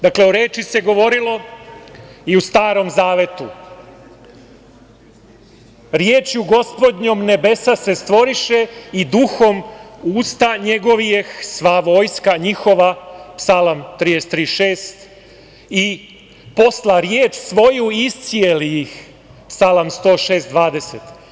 Dakle, o reči se govorilo i u Starom zavetu: "Riječju gospodnjom nebesa se stvoriše i duhom usta njegovijeh sva vojska njihova", Psalam 33.6, "i posla riječ svoju, iscijeli ih", Psalam 106.20.